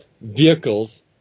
vehicles